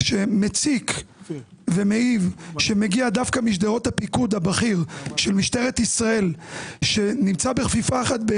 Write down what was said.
הוא דווקא משדרות הפיקוד הבכיר של משטרת ישראל שנמצא בכפיפה אחת,